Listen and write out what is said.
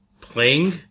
playing